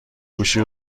گوشی